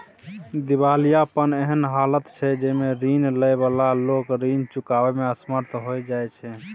दिवालियापन एहन हालत छइ जइमे रीन लइ बला लोक रीन चुकाबइ में असमर्थ हो जाइ छै